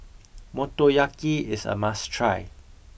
Motoyaki is a must try